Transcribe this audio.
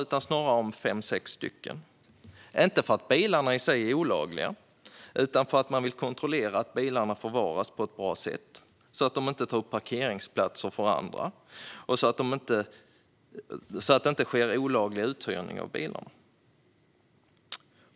utan snarare om fem sex stycken. Inte för att bilarna i sig är olagliga utan för att man vill kontrollera att bilarna förvaras på ett bra sätt, att de inte tar upp parkeringsplatser för andra och att det inte sker olaglig uthyrning av bilarna.